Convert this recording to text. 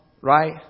right